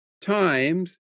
times